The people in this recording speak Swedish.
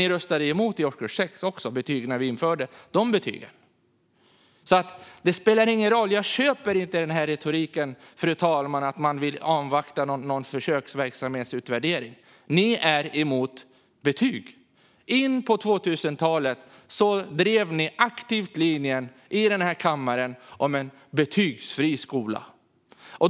Man röstade ju även emot betyg i årskurs 6 när vi införde det. Jag köper alltså inte retoriken att man vill avvakta en försöksverksamhetsutvärdering, utan man är emot betyg. Fortfarande på 2000-talet drev Vänsterpartiet i den här kammaren aktivt linjen om en betygsfri skola.